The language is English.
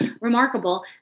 remarkable